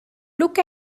look